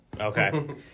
Okay